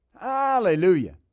Hallelujah